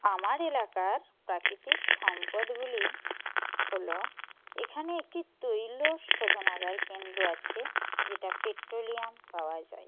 আমার এলাকার প্রাকৃতিক সম্পদগুলি হলো এখানে একটি তৈল শোধনাগার কেন্দ্র আছে যেটা পেট্রোলিয়াম পাওয়া যায়